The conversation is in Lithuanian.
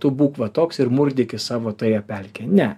tu būk va toks ir murkdykis savo toje pelkėj ne